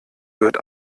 wird